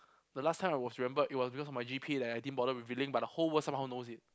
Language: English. the last time I was remembered it was because of my G_P_A that I didn't bother revealing but the whole world somehow knows it